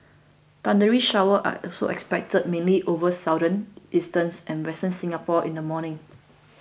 thundery showers are also expected mainly over southern eastern and western Singapore in the morning